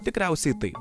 tikriausiai tai